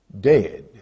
Dead